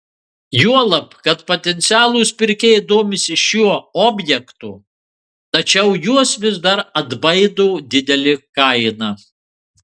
juolab kad potencialūs pirkėjai domisi šiuo objektu tačiau juos vis dar atbaido didelė kaina